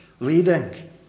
Leading